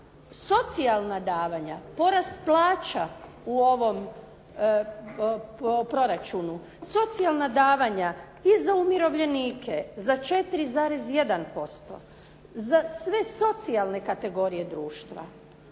socijalna davanja, porast plaća u ovom proračunu, socijalna davanja i za umirovljenike za 4,1%, za sve socijalne kategorije društva,